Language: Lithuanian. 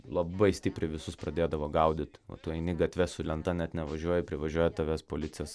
labai stipriai visus pradėdavo gaudyt o tu eini gatve su lenta net nevažiuoji privažiuoja tavęs policijos